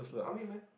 army meh